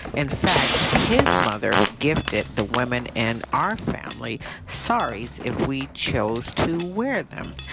in fact, his mother gifted the women in our family saris if we chose to wear them.